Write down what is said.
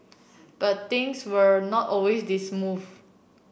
but things were not always this smooth